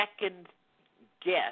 second-guess